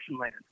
land